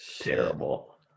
Terrible